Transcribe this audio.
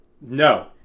no